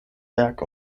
werk